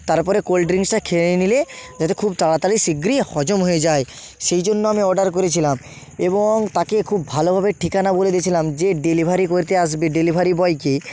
তারপরে কোল্ড ড্রিঙ্কসটা খেয়ে নিলে যাতে খুব তাড়াতাড়ি শীঘ্রই হজম হয়ে যায় সেই জন্য আমি অর্ডার করেছিলাম এবং তাকে খুব ভালোভাবে ঠিকানা বলে দিছিলাম যে ডেলিভারি করতে আসবে ডেলিভারি বয়কে